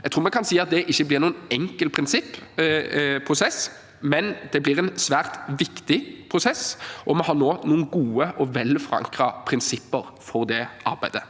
Jeg tror vi kan si at det ikke blir noen enkel prosess, men det blir en svært viktig prosess, og vi har nå gode og vel forankrede prinsipper for det arbeidet.